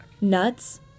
Nuts